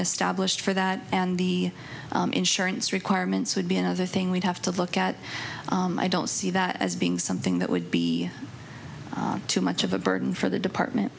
established for that and the insurance requirements would be another thing we'd have to look at i don't see that as being something that would be too much of a burden for the department